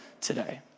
today